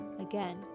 Again